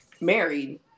married